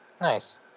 nice